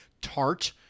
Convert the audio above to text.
tart